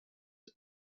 sie